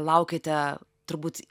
laukėte turbūt